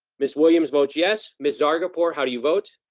miss williams votes yes. miss zargarpur, how do you vote?